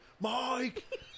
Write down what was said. Mike